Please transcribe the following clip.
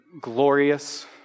glorious